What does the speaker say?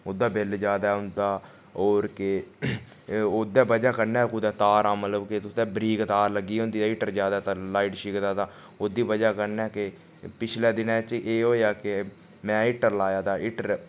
उसदा बिल ज्यादा औंदा होर के ओह्दे बजह् कन्नै कुदै तारां मतलब बिल के कुतै बरीक तार लग्गी दी होंदी ते हीटर ज्यादातर लाइट छिकदा तां ओह्दी बजह् कन्नै के पिछले दिनें च एह् होएया के मैं हीटर लाया तां हीटर